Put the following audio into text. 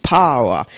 power